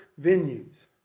venues